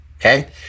okay